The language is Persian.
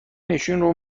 ایشون